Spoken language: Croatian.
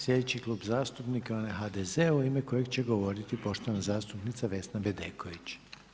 Sljedeći klub zastupnika je onaj HDZ-a u ime kojeg će govoriti poštovana zastupnica Vesna Bedeković.